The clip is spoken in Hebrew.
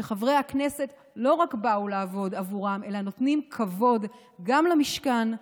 להראות שחברי הכנסת לא רק באו לעבוד עבורם אלא נותנים כבוד גם למשכן,